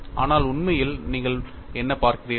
ஆனால் உண்மையில் நீங்கள் என்ன பார்க்கிறீர்கள்